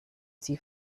sie